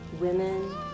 women